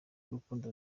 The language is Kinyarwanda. urukundo